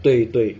对对